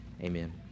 Amen